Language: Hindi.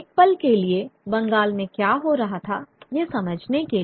एक पल के लिए बंगाल में क्या हो रहा था यह समझने के लिए